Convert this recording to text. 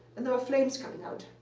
and there were flames coming out.